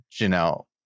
janelle